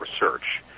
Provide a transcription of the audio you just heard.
research